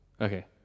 Okay